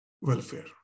welfare